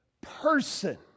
person